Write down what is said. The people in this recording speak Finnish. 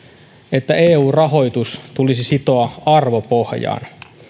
että eu rahoitus tulisi sitoa arvopohjaan